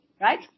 right